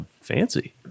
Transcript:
fancy